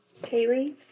Kaylee